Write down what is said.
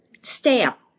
stamp